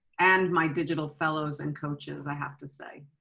and my digital fellows and coaches i have to say.